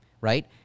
right